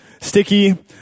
sticky